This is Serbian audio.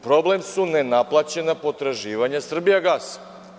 Problem su nenaplaćena potraživanja „Srbijagasa“